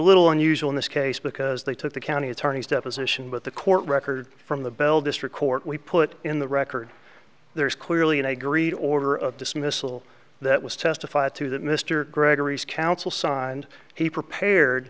little unusual in this case because they took the county attorney's deposition with the court record from the bell district court we put in the record there is clearly an agreed order of dismissal that was testified to that mr gregory's counsel signed he prepared